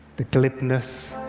the glibness,